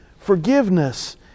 forgiveness